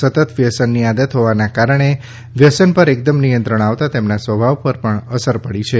સતત વ્યસનની આદત હોવાના કારણે વ્યસન પર એકદમ નિયંત્રણ આવતાં તેમના સ્વભાવ પર પણ અસર પડી છે